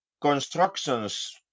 constructions